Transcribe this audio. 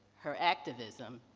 her activism,